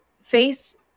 FACE